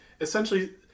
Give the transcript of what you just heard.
essentially